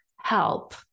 help